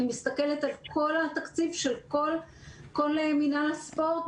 כל אלה לא קיימים?